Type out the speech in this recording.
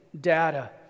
data